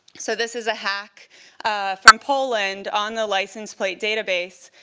so this is a hack from poland on the license plate database.